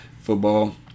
football